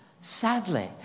sadly